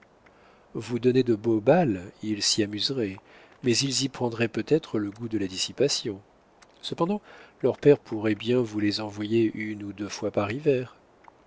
vous donnez de beaux bals ils s'y amuseraient mais ils y prendraient peut-être le goût de la dissipation cependant leur père pourrait bien vous les envoyer une ou deux fois par